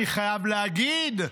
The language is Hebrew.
אני חייב להגיד,